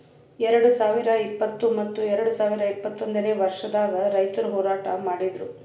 ಎರಡು ಸಾವಿರ ಇಪ್ಪತ್ತು ಮತ್ತ ಎರಡು ಸಾವಿರ ಇಪ್ಪತ್ತೊಂದನೇ ವರ್ಷದಾಗ್ ರೈತುರ್ ಹೋರಾಟ ಮಾಡಿದ್ದರು